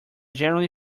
generally